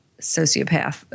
sociopath